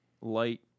light